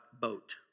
boat